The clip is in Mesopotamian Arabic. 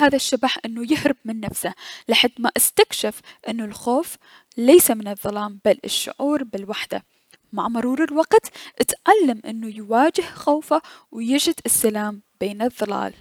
هذا الشبح انو يهرب من نفسه لحد ما استكشف انو الخوف ليس من الظلام بل الضهور بالوحدة، مع مرور الوقت اتعلم انه يواجه خوفه و يجد السلام بين الظلام.